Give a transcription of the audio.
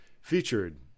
featured